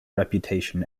reputation